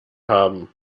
haben